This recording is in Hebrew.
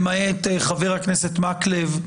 למעט חבר הכנסת מקלב,